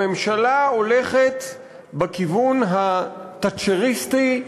הממשלה הולכת בכיוון התאצ'ריסטי,